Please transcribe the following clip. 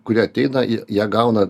kurie ateina į ją ją gauna